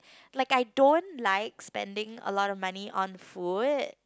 like I don't like spending a lot of money on food